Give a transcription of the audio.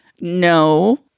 no